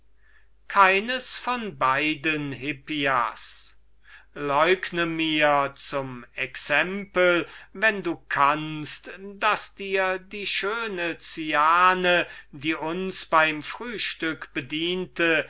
keines von beiden hippias leugne mir zum exempel wenn du kannst daß dir die schöne cyane die uns beim frühstück bediente